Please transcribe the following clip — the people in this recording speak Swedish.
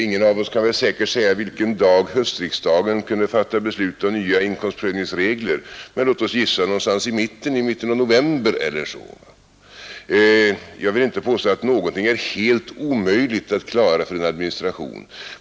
Ingen av oss kan med säkerhet säga vilken dag höstriksdagen kan fatta beslut om nya inkomstprövningsregler, men låt oss gissa på någon gång i mitten på november eller så. Jag vill inte påstå att någonting är helt omöjligt att klara för en administration.